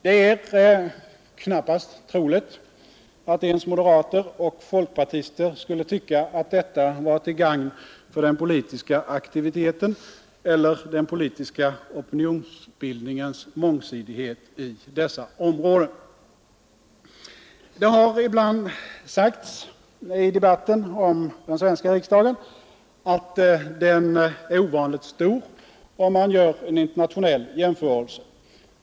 Det är knappast troligt att ens moderater och folkpartister skulle tycka att det var till gagn för den politiska aktiviteten eller den politiska opinionsbildningens mångsidighet i dessa områden. Det har ibland sagts i debatten att den svenska riksdagen är ovanligt stor, om man gör en internationell jämförelse.